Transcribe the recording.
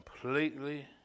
completely